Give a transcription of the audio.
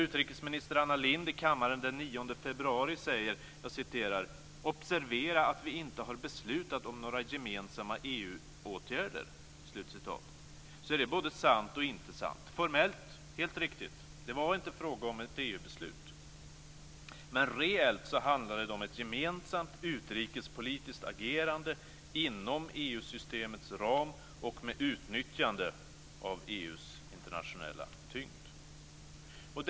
Utrikesminister Anna Lindh sade så här i kammaren den 9 februari: "Observera att vi inte har beslutat om några gemensamma EU-åtgärder". Det är både sant och inte sant. Formellt är det helt riktigt. Det var inte fråga om ett EU-beslut. Men reellt handlade det om ett gemensamt, utrikespolitiskt agerande inom EU-systemets ram och med utnyttjande av EU:s internationella tyngd.